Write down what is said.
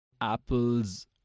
apples